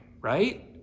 right